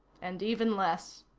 and even less.